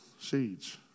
seeds